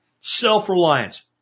self-reliance